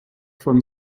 von